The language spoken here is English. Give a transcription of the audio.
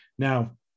Now